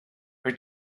her